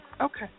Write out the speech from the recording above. okay